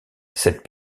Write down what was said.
cette